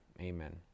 Amen